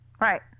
Right